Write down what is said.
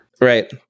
Right